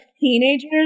teenagers